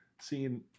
seeing